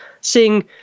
seeing